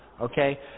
Okay